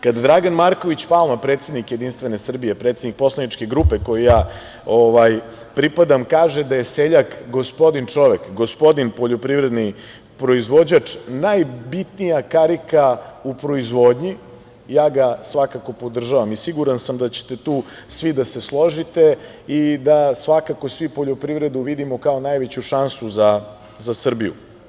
Kada Dragan Marković Palma, predsednik Jedinstvene Srbije, predsednik poslaničke grupe kojoj ja pripadam, kaže da je seljak gospodin čovek, gospodin poljoprivredni proizvođač najbitnija karika u proizvodnji, ja ga svakako podržavam i siguran sam da ćete tu svi da se složite i da svakako svi poljoprivredu vidimo kao najveću šansu za Srbiju.